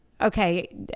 Okay